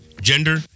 gender